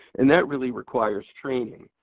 and that really requires training.